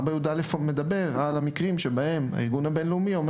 שמדבר על המקרים שבהם הארגון הבין-לאומי אומר